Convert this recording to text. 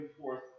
forth